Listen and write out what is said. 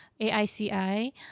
AICI